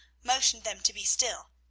motioned them to be still.